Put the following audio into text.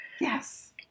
Yes